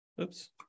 Oops